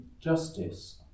justice